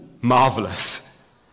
marvelous